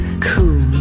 cool